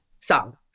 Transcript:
song